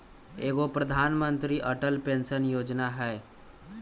एगो प्रधानमंत्री अटल पेंसन योजना है?